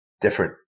different